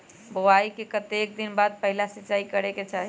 बोआई के कतेक दिन बाद पहिला सिंचाई करे के चाही?